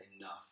enough